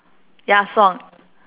ya song